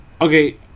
Okay